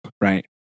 Right